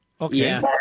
Okay